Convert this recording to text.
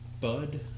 Bud